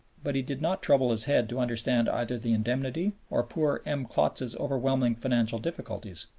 but he did not trouble his head to understand either the indemnity or poor m. klotz's overwhelming financial difficulties.